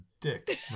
dick